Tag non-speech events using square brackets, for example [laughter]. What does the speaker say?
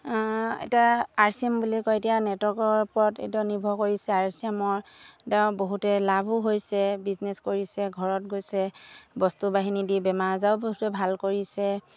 এতিয়া R C M বুলি কয় এতিয়া নেটৱৰ্কৰ ওপৰত এতিয়া নিৰ্ভৰ কৰিছে আৰ চি এমৰ [unintelligible] বহুতে লাভো হৈছে বিজনেছ কৰিছে ঘৰত গৈছে বস্তু বাহিনী দি বেমাৰ আজাৰও বহুতো ভাল কৰিছে